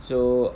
so